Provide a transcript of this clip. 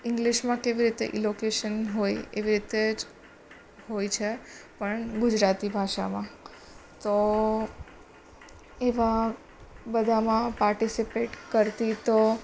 ઇંગ્લિશમાં કેવી રીતે લોકેશન હોય એવી રીતે જ હોય છે પણ ગુજરાતી ભાષામાં તો એવા બધામાં પાર્ટિસિપેટ કરતી તો